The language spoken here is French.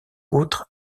autres